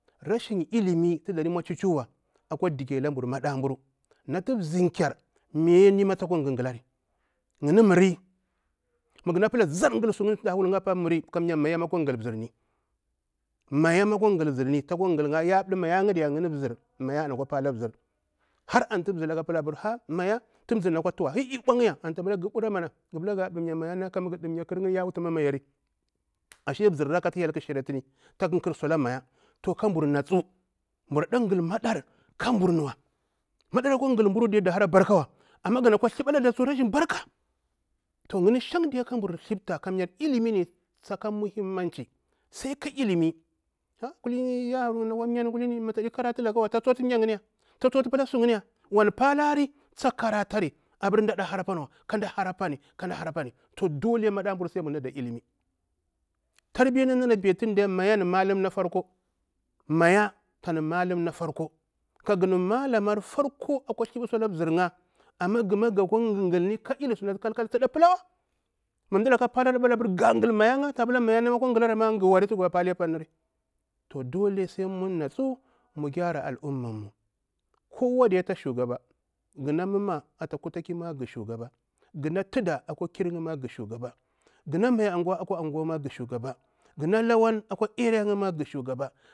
Rashin ilimi ana kwa dike lamburu maɗa mburu natu mzim khair natu mayarni ma takwa gahgahlari, mu ganatu gapila zari gahgal suni ta wula iri laka kamyar maya ma takwa gahgal mzir, kamya antu mzir pila ala mayarni mugha ɗimya ƙar'ya ya wuta ma maya damau amari mzin kyar akwa thiɓa ala maya su, sai ka mburu za gahl maɗan ƙar mu mbura bara kada hara barka, kamya ilimi tsa suna ola, kulini ya haruna tsakwa mah kamya ta hara makaranta wami ta tsuktu mah yinni ya wan palari tsa karatari abur tsiɗe hara apani wa ka mada hara pani ka mda hara apani kulni maɗa burr sai burr nalaɗa ilimi, ilimi natu mda ana wutu farko maya an malum na farko kagan malama farko akwa thiɓa ala mzir'ya amma ga kwa gahagalni, mu mdalaka palari ga gahl mayar ‘ya ta pita mayar nama ikha gahla baletana gah wari, dole sai mun natsu mu gyara al'umma, kowa diya ta shugaba, gana muma akwa kir'ya ga shugaba, gah na tuda gahma gah shugaba, gahna mai anguwa gah shugaba, gahna lawan gah shugaba.